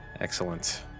Excellent